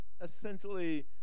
essentially